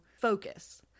focus